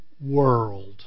world